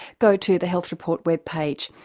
go to the health report webpage,